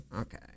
okay